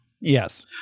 Yes